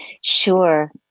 Sure